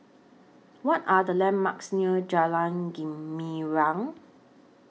What Are The landmarks near Jalan Gumilang